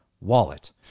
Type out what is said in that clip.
wallet